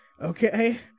Okay